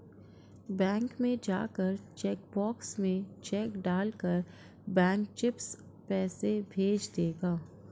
bank में जाकर cheque box में चेक डाल कर बैंक चिप्स पैसे भेज देगा